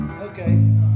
Okay